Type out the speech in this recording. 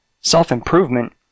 self-improvement